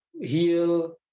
heal